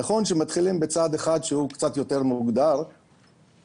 נכון שמתחילים בצעד אחד שהוא קצת יותר מוגדר אבל